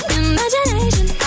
imagination